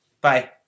Bye